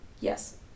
Yes